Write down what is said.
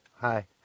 Hi